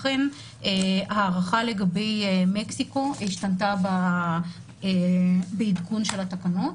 לכן ההערכה לגבי מקסיקו השתנתה בעדכון של התקנות